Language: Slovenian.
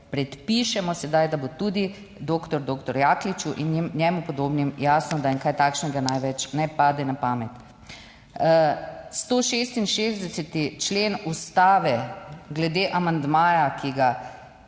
predpišemo sedaj, da bo tudi doktor doktor Jakliču in njemu podobnim jasno, da jim kaj takšnega največ ne pade na pamet. 166. člen Ustave glede amandmaja, ki ga, popolnoma